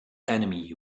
enemy